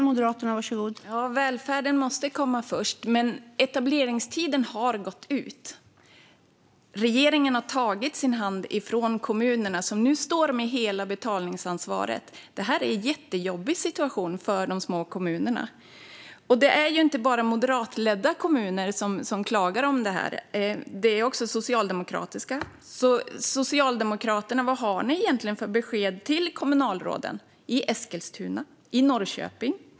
Fru talman! Ja, välfärden måste komma först. Men etableringstiden har gått ut, och regeringen har tagit sin hand från kommunerna som nu står med hela betalningsansvaret. Detta är en jättejobbig situation för de små kommunerna. Det är inte bara moderatledda kommuner som klagar över detta utan även socialdemokratiskt ledda kommuner. Vad har Socialdemokraterna egentligen för besked till kommunalråden i Eskilstuna och i Norrköping?